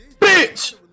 bitch